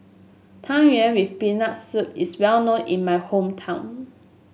Tang Yuen with Peanut Soup is well known in my hometown